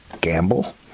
gamble